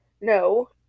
no